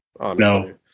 No